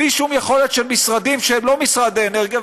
בלי שום יכולת של משרדים שהם לא משרד האנרגיה,